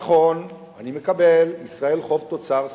נכון, אני מקבל, לישראל חוב תוצר סביר,